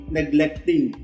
neglecting